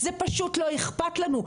זה פשוט לא אכפת לנו,